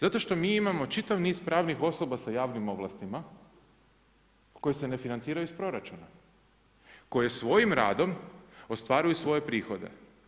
Zato što mi imao čitav niz pravnih osoba sa javnim ovlastima koje se ne financiraju iz proračuna, koje svojim radom ostvaruju svoje prihode.